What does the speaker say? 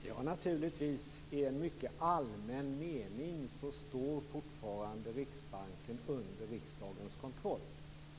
Fru talman! Ja, i en mycket allmän mening står naturligtvis fortfarande Riksbanken under riksdagens kontroll.